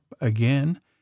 again